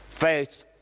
Faith